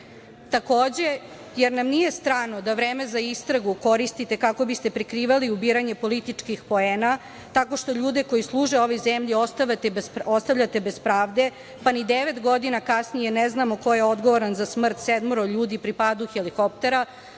obuku? Takođe, jer nam nije strani da vreme za istragu koristite kako biste prikrivali ubiranje političkih poena, tako što ljude koji služe ovoj zemlji ostavljate bez pravde, pa ni devet godina kasnije ne znamo ko je odgovoran za smrt sedmoro ljudi pri padu helikoptera,